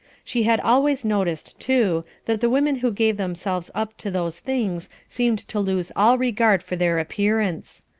she had always noticed, too, that the women who gave themselves up to those things seemed to lose all regard for their appearance.